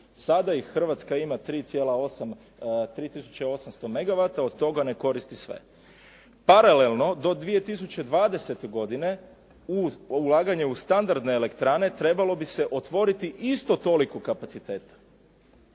Sada ih Hrvatska ima 3 800 megavata, od toga ne koristi sve. Paralelno, do 2020. godine uz ulaganje u standardne elektrane, trebalo bi se otvoriti isto toliko kapaciteta.